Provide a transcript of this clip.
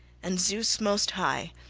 and zeus most high,